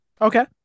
Okay